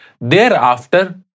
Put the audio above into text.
thereafter